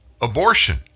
Abortion